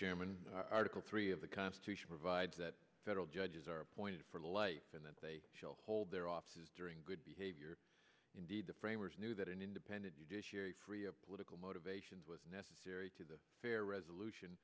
chairman article three of the constitution provides that federal judges are appointed for life and that they shall hold their offices during good behavior indeed the framers knew that an independent judiciary free of political motivations was necessary to the fair resolution